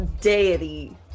deity